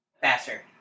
Faster